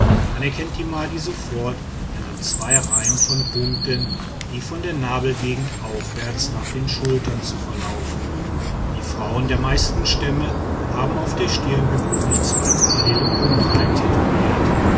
man erkennt die madi sofort an den zwei reihen von punkten die von der nabelgegend aufwärts nach den schultern zu verlaufen die frauen der meisten stämme haben auf der stirn gewöhnlich zwei parallele punktreihen tätowiert